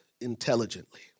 intelligently